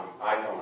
iPhone